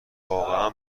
واقعا